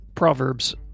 Proverbs